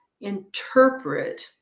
interpret